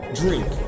drink